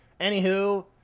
Anywho